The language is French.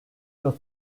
dans